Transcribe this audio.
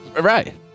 right